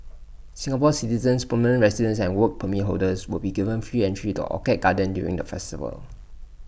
Singapore citizens permanent residents and Work Permit holders will be given free entry the orchid garden during the festival